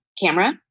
camera